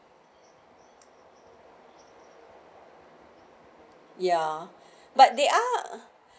ya but they're